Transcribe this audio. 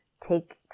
take